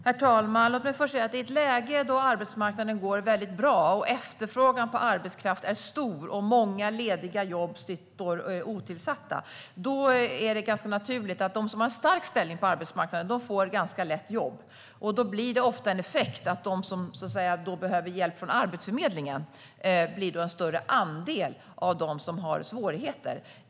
Herr talman! Låt mig först säga att i ett läge då arbetsmarknaden går mycket bra, efterfrågan på arbetskraft är stor och många lediga jobb är otillsatta, är det ganska naturligt att de som har en stark ställning på arbetsmarknaden ganska lätt får jobb. Då blir ofta en effekt att en större andel av dem som behöver hjälp från Arbetsförmedlingen utgörs av dem som har svårigheter att komma in på arbetsmarknaden.